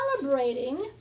celebrating